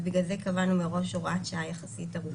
ובגלל זה קבענו מראש הוראת שעה יחסית ארוכה.